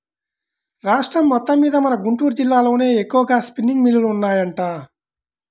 రాష్ట్రం మొత్తమ్మీద మన గుంటూరు జిల్లాలోనే ఎక్కువగా స్పిన్నింగ్ మిల్లులు ఉన్నాయంట